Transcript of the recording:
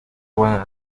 when